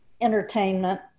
entertainment